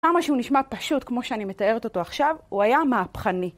כמה שהוא נשמע פשוט כמו שאני מתארת אותו עכשיו, הוא היה מהפכני.